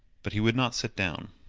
but he would not sit down.